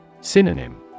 Synonym